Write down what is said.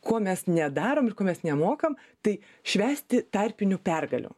ko mes nedarom ir ko mes nemokam tai švęsti tarpinių pergalių